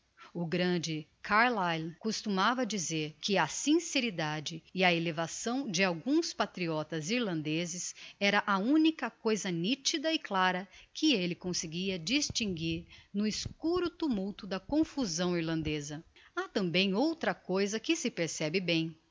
o grande carlyle costumava dizer que a sinceridade e a elevação de alguns patriotas irlandezes era a unica coisa nitida e clara que elle conseguia distinguir no escuro tumulto da confusão irlandeza ha tambem outra coisa que se percebe bem